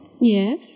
Yes